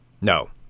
No